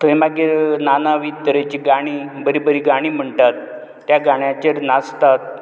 थंय मागीर ना ना वीस तरेचीं गाणीं बरीं बरीं गाणीं म्हणटात त्या गाण्याचेर नाचतात